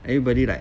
everybody like